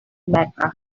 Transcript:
mecca